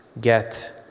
get